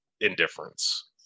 indifference